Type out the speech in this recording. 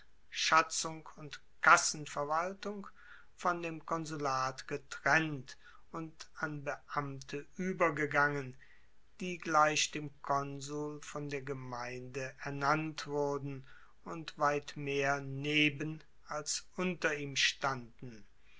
schatzung und kassenverwaltung von dem konsulat getrennt und an beamte uebergegangen die gleich dem konsul von der gemeinde ernannt wurden und weit mehr neben als unter ihm standen